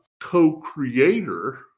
co-creator